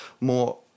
more